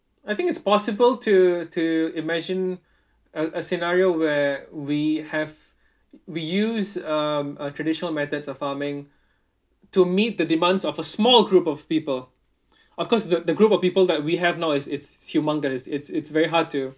I think it's possible to to imagine a a scenario where we have we use um uh traditional methods of farming to meet the demands of a small group of people of course the the group of people that we have now it's it's humongous it's it's very hard to